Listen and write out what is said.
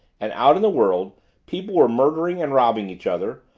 and out in the world people were murdering and robbing each other,